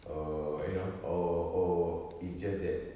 err you know or or it's just that